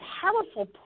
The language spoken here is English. powerful